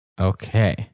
Okay